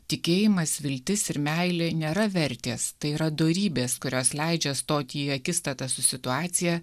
tikėjimas viltis ir meilė nėra vertės tai yra dorybės kurios leidžia stoti į akistatą su situacija